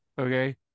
okay